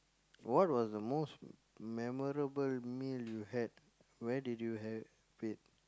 what was the most memorable meal you had where did you have it